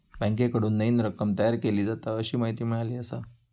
बँकेकडून नईन रक्कम तयार केली जाता, अशी माहिती मिळाली आसा